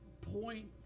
point